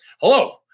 hello